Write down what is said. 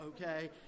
okay